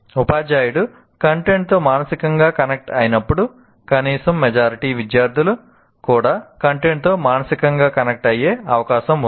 ఉపాధ్యాయుడు కంటెంట్తో మానసికంగా కనెక్ట్ అయినప్పుడు కనీసం మెజారిటీ విద్యార్థులు కూడా కంటెంట్తో మానసికంగా కనెక్ట్ అయ్యే అవకాశం ఉంది